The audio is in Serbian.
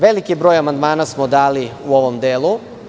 Veliki broj amandmana smo dali u ovom delu.